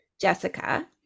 Jessica